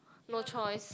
no choice